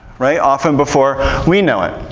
right? often before we know it.